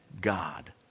God